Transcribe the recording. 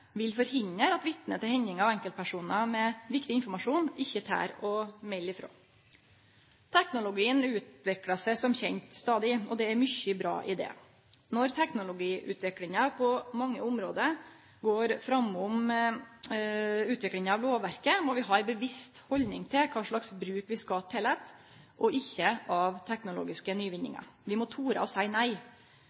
vil forhindre at vitne til hendingar og enkeltpersonar med viktig informasjon, ikkje tør å melde frå. Teknologien utviklar seg som kjent stadig, og det er mykje bra i det. Når teknologiutviklinga på mange område går framom utviklinga av lovverket, må vi ha ei bevisst haldning til kva slags bruk vi skal tillate og ikkje av teknologiske nyvinningar. Vi må tore å seie nei.